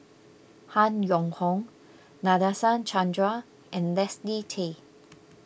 Han Yong Hong Nadasen Chandra and Leslie Tay